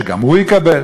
שגם הוא יקבל.